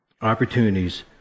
opportunities